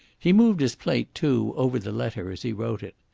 he moved his plate, too, over the letter as he wrote it.